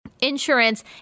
insurance